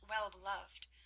well-beloved